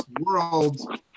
world